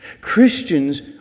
Christians